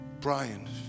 Brian